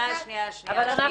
שנייה, שנייה, שנייה.